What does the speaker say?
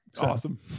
Awesome